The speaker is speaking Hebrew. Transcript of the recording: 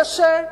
קשה,